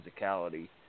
physicality